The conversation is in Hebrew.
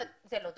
זה לא דומה.